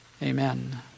Amen